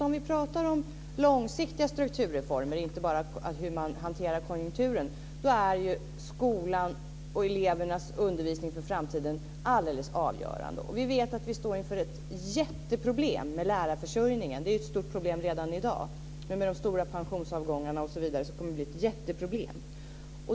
Om vi pratar om långsiktiga strukturreformer och inte bara om hur man hanterar konjunkturen, är ju skolan och elevernas undervisning för framtiden alldeles avgörande. Vi vet att vi står inför ett jätteproblem med lärarförsörjningen. Det är ett stort problem redan i dag. Med de stora pensionsavgångarna kommer det att bli ett jätteproblem.